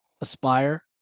aspire